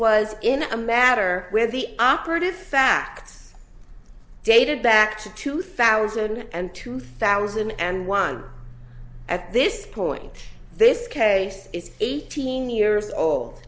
was in a matter where the operative facts dated back to two thousand and two thousand and one at this point this case is eighteen years old